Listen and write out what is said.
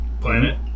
planet